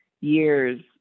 years